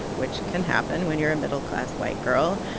which can happen when you're a middle-class white girl.